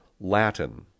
Latin